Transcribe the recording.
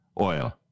oil